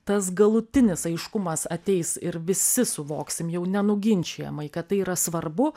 tas galutinis aiškumas ateis ir visi suvoksim jau nenuginčijamai kad tai yra svarbu